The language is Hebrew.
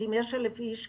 כי אם יש 1,000 איש,